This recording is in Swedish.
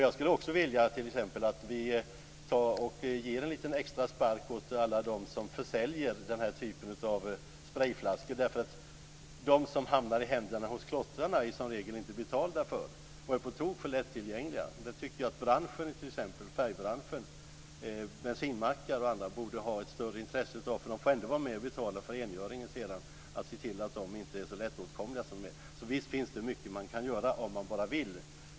Jag skulle också vilja att vi gav en liten extra spark åt alla dem som försäljer denna typ av sprejflaskor. De som hamnar i händerna på klottrarna är som regel inte betalda, och de är på tok för lättillgängliga. Jag tycker att t.ex. färgbranschen och bensinmackarna borde ha ett större intresse av att vara med och se till att sprejburkarna görs mindre lättåtkomliga, för de får sedan ändå vara med och betala för rengöring. Visst finns det mycket man kan göra om man bara vill.